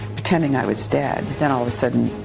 pretending i was dead. then all of a sudden,